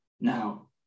Now